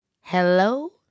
Hello